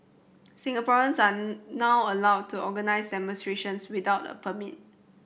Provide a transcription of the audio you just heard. Singaporeans are now allowed to organise demonstrations without a permit